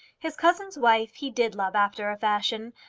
his cousin's wife he did love, after a fashion,